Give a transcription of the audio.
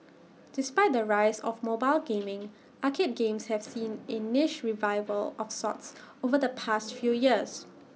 despite the rise of mobile gaming arcade games have seen A niche revival of sorts over the past few years